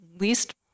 least